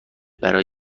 برای